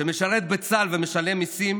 שמשרת בצה"ל ומשלם מיסים,